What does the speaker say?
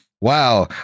Wow